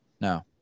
no